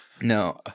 No